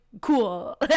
cool